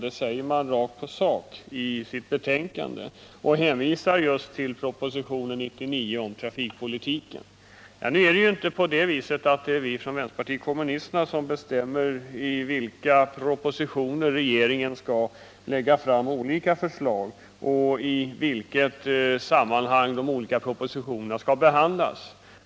Det säger man rakt på sak i sitt betänkande och hänvisar just till propositionen 99 om trafikpolitiken. Nu är det inte vi från vänsterpartiet kommunisterna som bestämmer i vilka propositioner regeringen skall lägga fram sina olika förslag eller i vilket sammanhang de olika propositionerna skall behandlas.